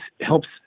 helps